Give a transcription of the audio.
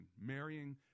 marrying